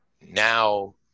now